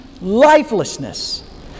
lifelessness